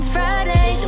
Friday